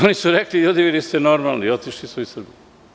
Oni su rekli – ljudi, vi niste normalni i otišli su iz Srbije.